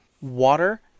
Water